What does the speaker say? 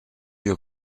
your